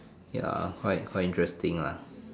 ya quite quite interesting lah